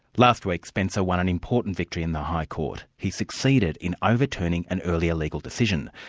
last week, spencer won an important victory in the high court. he succeeded in overturning an earlier legal decision.